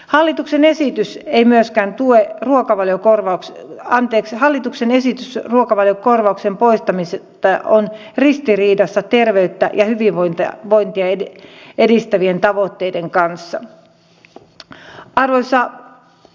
hallituksen esitys ei myöskään tue ruokavaliokorvauksen anteeksi hallituksen esitys ruokavaliokorvauksen poistamisesta on ristiriidassa terveyttä ja hyvinvointia edistävien tavoitteiden kanssa